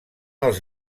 els